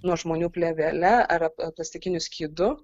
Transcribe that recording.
nuo žmonių plėvele ar plastikiniu skydu